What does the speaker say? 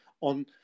on